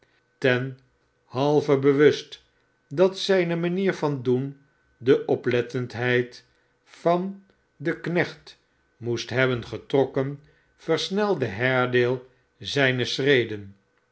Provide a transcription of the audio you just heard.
ten halve bewust dat zijne manier van doen de oplettendheid yan den knecht moest hebben getrokken versnelde haredale zijne schreden